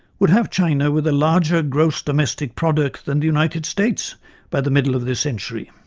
would have china with a larger gross domestic product than the united states by the middle of this century.